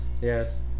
Yes